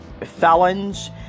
felons